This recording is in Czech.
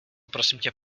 prosimtě